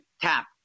tap